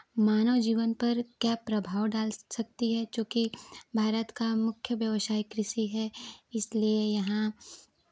मानव जीवन पर क्या प्रभाव डाल सकती है चूंकि भारत का मुख्य व्यवसाय कृषि है इसलिए यहाँ